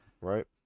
right